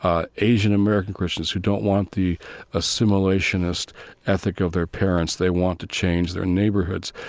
ah asian-american christians who don't want the assimilationist ethic of their parents. they want to change their neighborhoods.